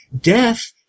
Death